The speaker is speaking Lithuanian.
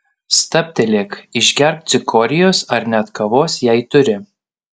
stabtelėk išgerk cikorijos ar net kavos jei turi